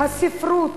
הספרות,